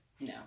No